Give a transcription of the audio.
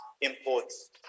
imports